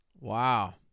Wow